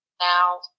Now